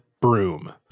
broom